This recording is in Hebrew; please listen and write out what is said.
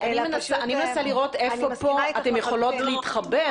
אני מנסה לראות איפה פה אתן יכולות להתחבר.